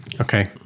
okay